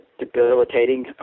debilitating